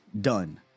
done